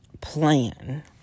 plan